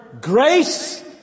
grace